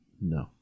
No